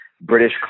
British